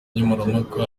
nkemurampaka